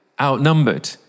outnumbered